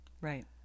Right